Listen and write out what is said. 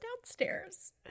downstairs